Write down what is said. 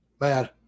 man